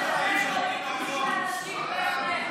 אדוני היושב-ראש?